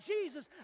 Jesus